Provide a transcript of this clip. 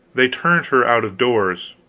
they turned her out of doors.